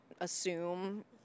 assume